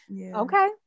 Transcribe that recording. Okay